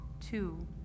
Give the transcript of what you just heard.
two